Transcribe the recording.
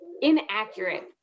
inaccurate